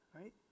right